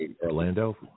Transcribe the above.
Orlando